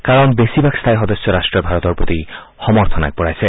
কাৰণ বেছিভাগ স্থায়ী সদস্য ৰাষ্টই ভাৰতৰ প্ৰতি সমৰ্থন আগবঢ়াইছে